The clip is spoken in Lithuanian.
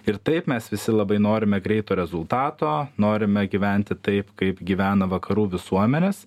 ir taip mes visi labai norime greito rezultato norime gyventi taip kaip gyvena vakarų visuomenės